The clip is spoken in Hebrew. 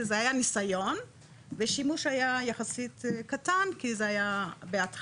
שזה היה ניסיון והשימוש היה יחסית קטן כי זה היה בהתחלה.